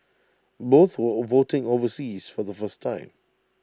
both were voting overseas for the first time